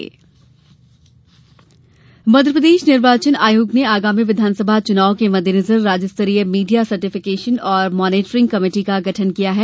monitoring समिति मध्यप्रदेश निर्वाचन आयोग ने आगगामी विधानसभा चुनाव के मददेंनजर राज्य स्तरीय मीडिया सर्टीफिकेशन और मॉनीटरिंग कमेटी का गठन किया है